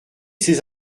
ces